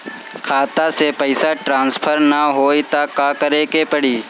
खाता से पैसा ट्रासर्फर न होई त का करे के पड़ी?